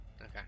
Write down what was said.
Okay